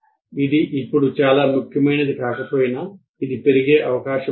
ఇది ఇప్పుడు చాలా ముఖ్యమైనది కాకపోయినా ఇది పెరిగే అవకాశం ఉంది